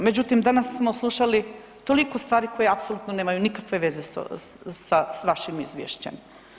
Međutim, danas smo slušali toliko stvari koje apsolutno nemaju nikakve veze sa vašim Izvješćem.